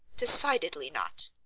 decidedly not.